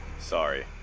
Sorry